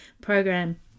program